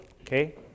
okay